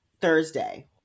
thursday